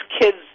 kid's